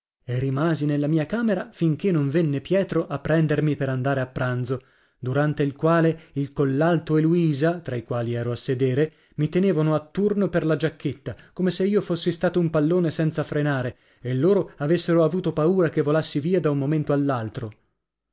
e rimasi nella mia camera finché non venne pietro a prendermi per andare a pranzo durante il quale il collalto e luisa tra i quali ero a sedere mi tenevano a turno per la giacchetta come se io fossi stato un pallone senza frenare e loro avessero avuto paura che volassi via da un momento